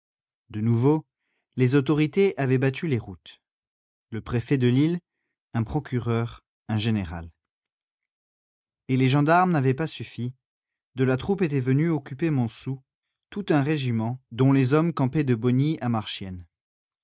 de nouveau les autorités avaient battu les routes le préfet de lille un procureur un général et les gendarmes n'avaient pas suffi de la troupe était venue occuper montsou tout un régiment dont les hommes campaient de